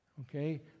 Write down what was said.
okay